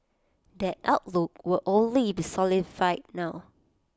that outlook will only be solidified now